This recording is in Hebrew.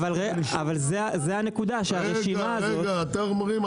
אבל זו הנקודה, שהרשימה הזאת --- אתם אומרים.